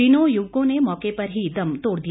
तीनों युवकों ने मौके पर ही दम तोड़ दिया